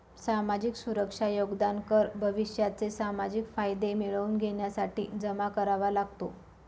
सामाजिक सुरक्षा योगदान कर भविष्याचे सामाजिक फायदे मिळवून घेण्यासाठी जमा करावा लागतो